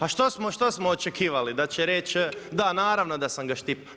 A što smo očekivali, da će reći da naravno da sam ga štipnuo.